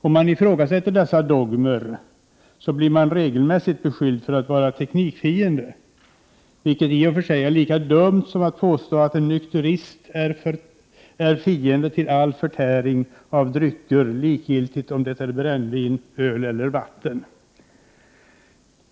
Om man ifrågasätter dessa dogmer, blir man regelmässigt beskylld för att vara teknikfiende, vilket i och för sig är lika dumt som att påstå att en nykterist är fiende till all förtäring av drycker, likgiltigt om det är brännvin, öl eller vatten.